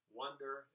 wonder